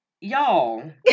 Y'all